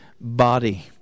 body